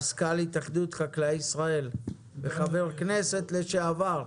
מזכ"ל התאחדות חקלאי ישראל וחבר כנסת לשעבר,